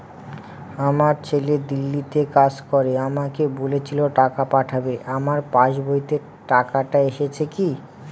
আমার ছেলে দিল্লীতে কাজ করে আমাকে বলেছিল টাকা পাঠাবে আমার পাসবইতে টাকাটা এসেছে কি?